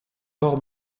port